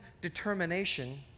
determination